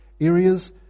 areas